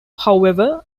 however